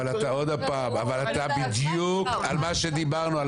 אבל עוד פעם, אתה בדיוק על מה שדיברנו.